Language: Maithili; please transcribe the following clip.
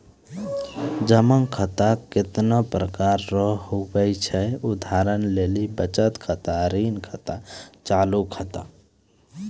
जमा खाता कतैने प्रकार रो हुवै छै उदाहरण लेली बचत खाता ऋण खाता चालू खाता